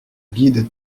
guide